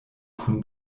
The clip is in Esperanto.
kun